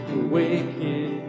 awaken